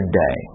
day